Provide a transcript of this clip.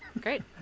great